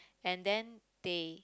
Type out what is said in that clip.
and then they